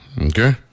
okay